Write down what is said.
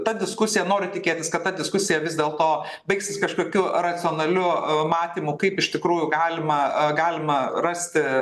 ta diskusija noriu tikėtis kad ta diskusija vis dėlto baigsis kažkokiu racionaliu matymu kaip iš tikrųjų galima galima rasti